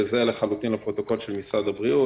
שזה לחלוטין הפרוטוקול של משרד הבריאות.